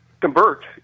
convert